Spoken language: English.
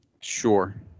sure